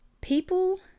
People